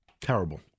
Terrible